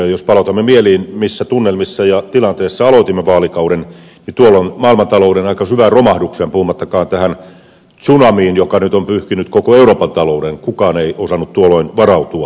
ja jos palautamme mieliin missä tunnelmissa ja tilanteissa aloitimme vaalikauden niin maailmantalouden aika syvään romahdukseen puhumattakaan tähän tsunamiin joka nyt on pyyhkinyt koko euroopan talouden ei kukaan osannut varautua